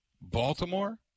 Baltimore